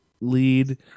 lead